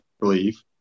believe